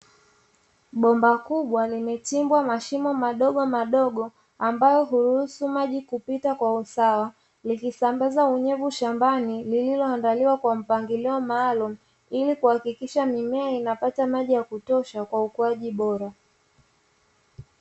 Bomba kubwa limechimbwa mashimo madogo madogo ambayo hurusu maji kupita kwa usawa likisambaza unyevu shambani, lilioandaliwa kwa mpangilio maalumu ili kuhakikisha mimea inapata maji ya kutosha kwa ukuaji bora.